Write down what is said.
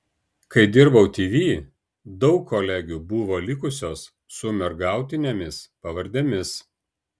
kai dirbau tv daug kolegių buvo likusios su mergautinėmis pavardėmis